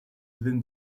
within